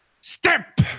Step